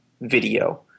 video